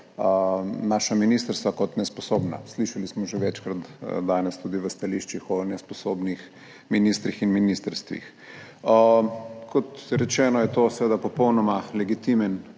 naša ministrstva kot nesposobna. Slišali smo že večkrat danes tudi v stališčih o nesposobnih ministrih in ministrstvih. Kot rečeno je to seveda popolnoma legitimen